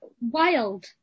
wild